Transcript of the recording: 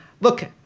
look